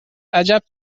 عجب